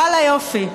ואללה, יופי.